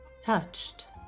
Touched